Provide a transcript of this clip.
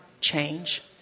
change